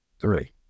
three